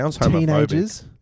teenagers